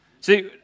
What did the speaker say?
See